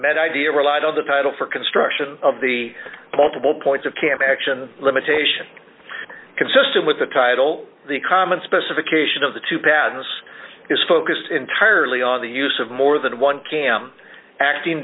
mad idea relied on the title for construction of the multiple points of camp action limitation consistent with the title the common specification of the two patterns is focused entirely on the use of more than one cam acting